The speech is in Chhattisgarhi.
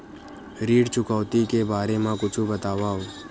ऋण चुकौती के बारे मा कुछु बतावव?